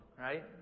right